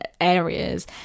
areas